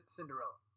Cinderella